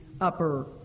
upper